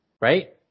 right